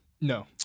No